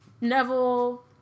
Neville